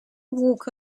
walk